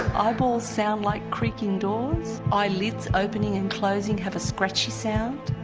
eyeballs sound like creaking doors, eyelids opening and closing have a scratchy sound,